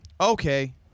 Okay